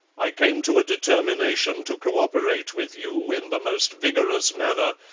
i came to a determination to co-operate with you in the most vigorous manner,